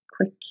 quick